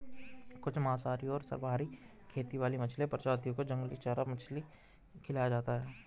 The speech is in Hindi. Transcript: कुछ मांसाहारी और सर्वाहारी खेती वाली मछली प्रजातियों को जंगली चारा मछली खिलाया जाता है